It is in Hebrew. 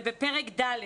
זה בפרק ד'.